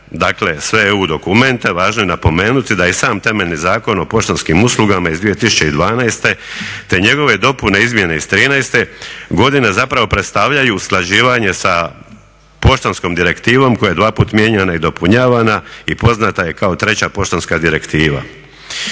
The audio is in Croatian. sve EU dokumente važno je napomenuti da i sam temeljni Zakon o poštanskim uslugama iz 2012. te njegove dopune i izmjene iz 2013. godine zapravo predstavljaju usklađivanje sa poštanskom direktivom koja je dva puta mijenjana i dopunjavana i poznata je kao 3. poštanska direktiva.